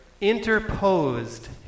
interposed